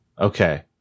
Okay